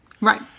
Right